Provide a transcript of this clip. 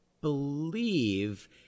believe